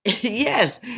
Yes